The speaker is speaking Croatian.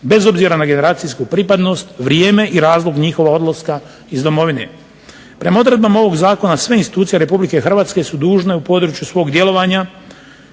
bez obzira na generacijsku pripadnost, vrijeme i razlog njihova odlaska iz Domovine. Prema odredbama ovog zakona sve institucije RH su dužne u području svog djelovanja